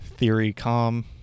TheoryCom